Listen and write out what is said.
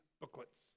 booklets